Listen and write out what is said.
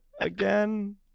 again